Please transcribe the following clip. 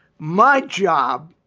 my job